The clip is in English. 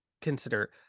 consider